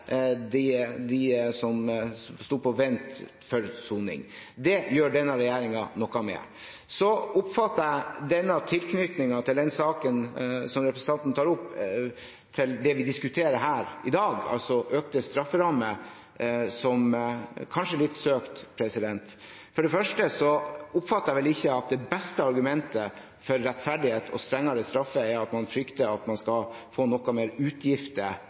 håndtere dem som sto på vent for soning. Det gjør denne regjeringen noe med. Så oppfatter jeg tilknytningen mellom den saken som representanten tar opp, og det vi diskuterer her i dag, altså økte strafferammer, som kanskje litt søkt. For det første oppfatter jeg vel ikke at det beste argumentet for rettferdighet og strengere straffer er at man frykter at man skal få noe mer utgifter